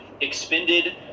expended